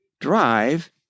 drive